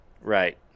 Right